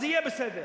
אז יהיה בסדר".